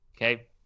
Okay